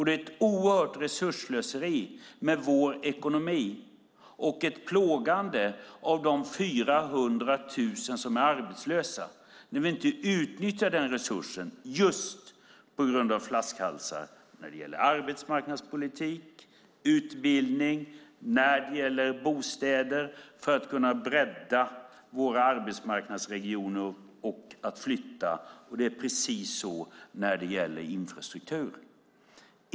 Det är ett oerhört resursslöseri med vår ekonomi och ett plågande av de 400 000 som är arbetslösa när vi inte utnyttjar den resursen just på grund av flaskhalsar när det gäller arbetsmarknadspolitik, utbildning och bostäder för att kunna bredda våra arbetsmarknadsregioner och möjligheterna att flytta. Och det är precis så när det gäller infrastrukturen.